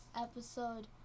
episode